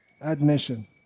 admission